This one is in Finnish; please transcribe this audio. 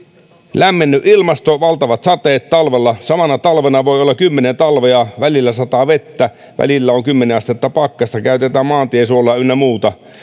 lämmennyt ilmasto valtavat sateet samana talvena voi olla kymmenen talvea välillä sataa vettä välillä on kymmenen astetta pakkasta käytetään maantiesuolaa ynnä muuta